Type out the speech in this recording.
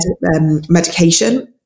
medication